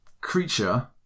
creature